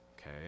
okay